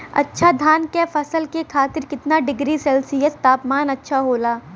अच्छा धान क फसल के खातीर कितना डिग्री सेल्सीयस तापमान अच्छा होला?